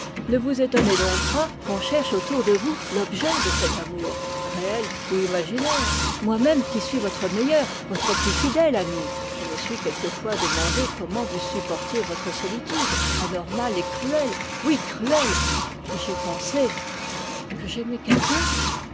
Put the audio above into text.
ne vous étonnez donc pas qu'on cherche autour de vous l'objet de cet amour réel ou imaginaire moi-même qui suis votre plus fidèle ami je me suis quelquefois demandé comment vous supportiez la solitude anormale et cruelle oui cruelle et j'ai pensé que j'aimais quelqu'un